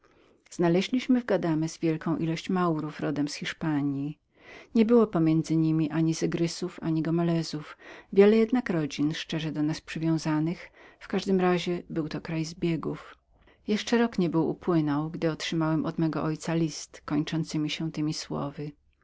znaleźliśmy w guadamo wielką ilość maurów rodem z hiszpanji nie było pomiędzy niemi ani zegrisów ani gomelezów wiele jednak rodzin szczerze do nas przywiązanych w każdym razie byłto kraj zbiegów jeszcze rok nie był upłynął gdy otrzymałem od mego ojca list kończący siesię temi słowy